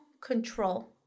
control